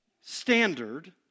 standard